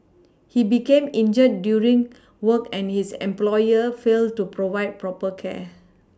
he became injured during work and his employer failed to provide proper care